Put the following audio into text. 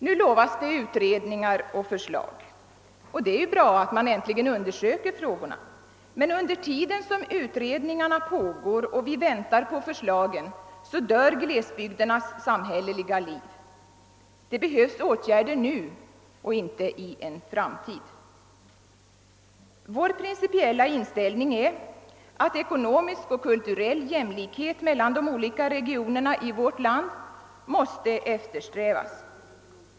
Nu lovas det utredningar och förslag, och det är ju bra att man äntligen undersöker frågorna, men under tiden som utredningarna pågår och vi väntar på förslagen dör glesbygdernas samhälleliga liv. Det behövs åtgärder nu, och inte i en framtid. Vår principiella inställning är att ekonomisk och kulturell jämlikhet mellan de olika regionerna i vårt land måste eftersträvas.